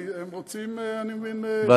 אף